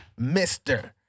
Mr